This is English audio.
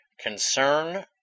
concern